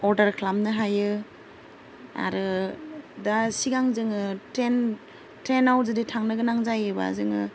order खालामनो हायो आरो दा सिगां जोङो ट्रेनाव जुदि थांनोगोनां जायोबा जोङो